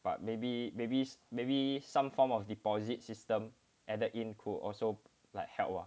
but maybe maybe maybe some form of deposit system at the input also like help lah